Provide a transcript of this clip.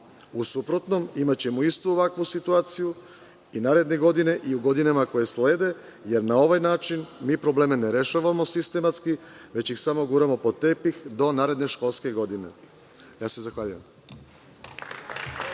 U suprotnom, imaćemo istu ovakvu situaciju i naredne godine i u godinama koje slede, jer na ovaj način mi probleme ne rešavamo sistematski, već ih samo guramo pod tepih do naredne školske godine. Zahvaljujem